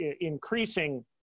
increasing